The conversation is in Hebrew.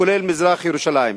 כולל מזרח-ירושלים.